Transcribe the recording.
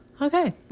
okay